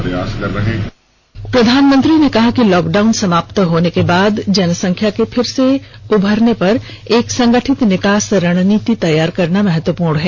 प्रधानमंत्री ने कहा कि लॉकडाउन समाप्त होने के बाद जनसंख्या के फिर से उभरने पर एक संगठित निकास रणनीति तैयार करना महत्वपूर्ण है